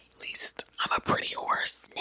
least i'm a pretty horse. neigh,